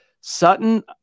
Sutton